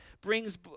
brings